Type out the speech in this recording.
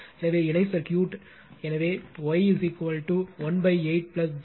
எனவே இணை சர்க்யூட் எனவே Y18 j 6 18